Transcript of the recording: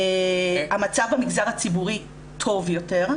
המצב במגזר הציבורי טוב יותר,